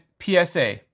PSA